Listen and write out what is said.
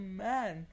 man